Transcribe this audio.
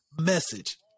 message